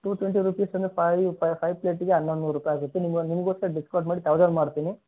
two twenty rupees ಅಂದರೆ five five ಪ್ಲೇಟಿಗೆ ಹನ್ನೊಂದು ನೂರು ರೂಪಾಯಿ ಆಗುತ್ತೆ ನಿಮಗೊಂದು ನಿಮಗೋಸ್ಕರ ಡಿಸ್ಕೌಂಟ್ ಮಾಡಿ ತೌಸಂಡ್ ಮಾಡ್ತೀನಿ